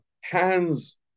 hands